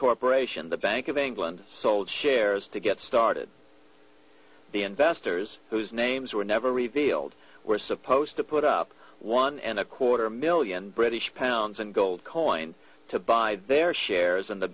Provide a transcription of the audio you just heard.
corporation the bank of england sold shares to get started the investors whose names were never revealed were supposed to put up one and a quarter million british pounds in gold coins to buy their shares in the